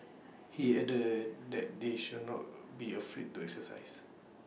he added that that they should not be afraid to exercise